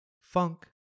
Funk